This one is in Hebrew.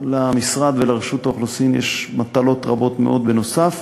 ולמשרד ולרשות האוכלוסין יש מטלות רבות מאוד בנוסף.